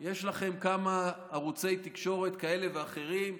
יש לכם כמה ערוצי תקשורת כאלה ואחרים,